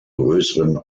größeren